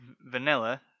vanilla